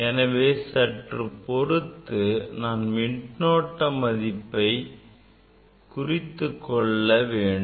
எனவே சற்றுப் பொறுத்து நான் மின்னோட்டம் மதிப்பை குறித்துக்கொள்ள வேண்டும்